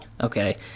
okay